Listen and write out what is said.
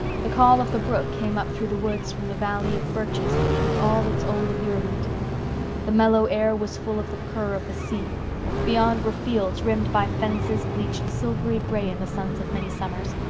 the call of the brook came up through the woods from the valley of birches with all its old allurement the mellow air was full of the purr of the sea beyond were fields rimmed by fences bleached silvery gray in the suns of many summers,